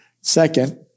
Second